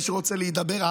מי שרוצה להידבר,